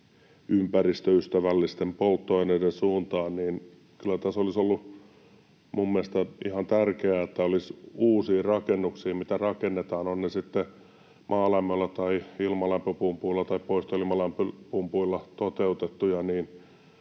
ympäristöystävällisten polttoaineiden suuntaan, niin kyllä tässä olisi ollut mielestäni ihan tärkeää ja ihan niin kuin maalaisjärjellä ajatellen viisasta, että uusiin rakennuksiin, mitä rakennetaan — ovat ne sitten maalämmöllä tai ilmalämpöpumpulla tai poistoilmalämpöpumpulla toteutettuja